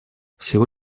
всего